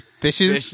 fishes